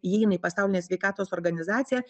įeina į pasaulinę sveikatos organizaciją